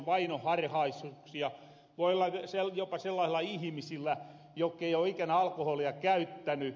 vainoharhaisuuksia voi olla jopa sellaasilla ihimisillä jokkei oo ikinä alkoholia käyttäny